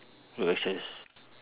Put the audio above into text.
road access